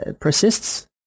persists